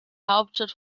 hauptstadt